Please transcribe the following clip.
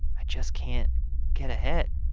i just can't get ahead